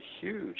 huge